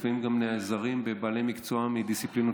לפעמים נעזרים בבעלי מקצוע מדיסציפלינות